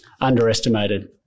underestimated